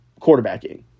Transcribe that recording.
quarterbacking